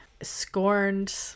scorned